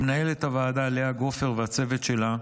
למנהלת הוועדה לאה גופר והצוות שלה,